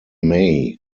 may